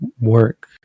work